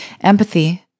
Empathy